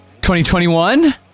2021